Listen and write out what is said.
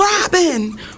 Robin